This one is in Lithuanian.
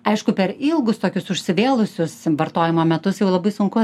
aišku per ilgus tokius užsivėlusius vartojimo metus jau labai sunku